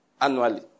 annually